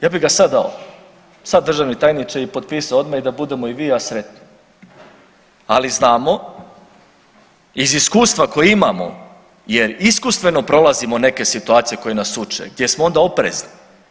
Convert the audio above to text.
Ja bi ga sad dao, sad državni tajniče i potpisao odmah i da budemo i vi i ja sretni, ali znamo iz iskustva koje imamo jer iskustveno prolazimo neke situacija koje nas uče gdje smo onda oprezni.